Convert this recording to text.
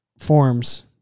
forms